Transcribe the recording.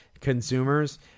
consumers